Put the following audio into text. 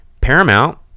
Paramount